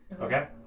Okay